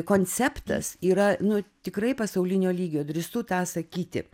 konceptas yra nu tikrai pasaulinio lygio drįstu tą sakyti